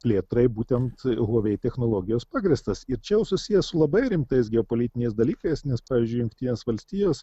plėtrai būtent huawei technologijos pagrįstas ir čia jau susiję su labai rimtais geopolitiniais dalykais nes pavyzdžiui jungtinės valstijos